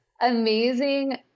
amazing